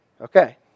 Okay